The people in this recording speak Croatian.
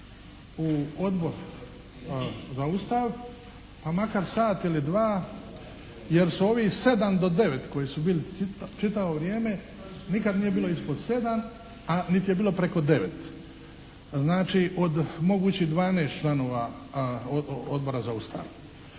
u Odbor za Ustav pa makar sat ili dva jer su ovih 7 do 9 koji su bili čitavo vrijeme, nikad nije bilo ispod 7, a niti je bilo preko 9, znači od mogućih 12 članova Odbora za Ustav.